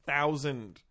Thousand